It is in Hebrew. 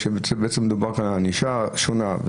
כשבעצם מדובר כאן על ענישה שונה.